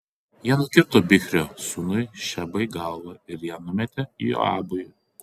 jie nukirto bichrio sūnui šebai galvą ir ją numetė joabui